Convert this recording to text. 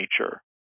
nature